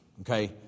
okay